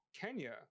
Kenya